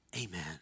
amen